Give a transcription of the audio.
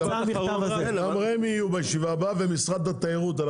גם רמ"י יהיו בישיבה הבאה ומשרד התיירות.